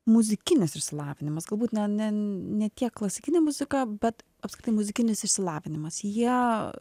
muzikinis išsilavinimas galbūt ne ne ne kiek klasikinė muzika bet apskritai muzikinis išsilavinimas jie